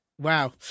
Wow